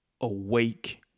awake